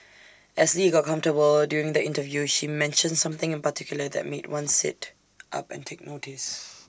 as lee got comfortable during the interview she mentioned something in particular that made one sit up and take notice